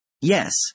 Yes